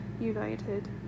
united